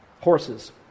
horses